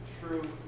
true